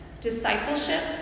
discipleship